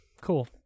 cool